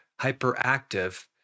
hyperactive